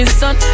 sun